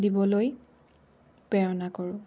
দিবলৈ প্ৰেৰণা কৰোঁ